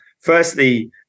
Firstly